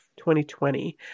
2020